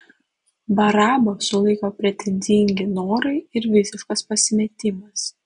barabą sulaiko pretenzingi norai ir visiškas pasimetimas